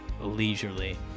leisurely